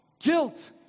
Guilt